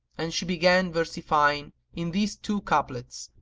and she began versifying in these two couplets,